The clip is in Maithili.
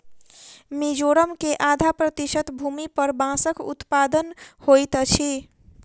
मिजोरम के आधा प्रतिशत भूमि पर बांसक उत्पादन होइत अछि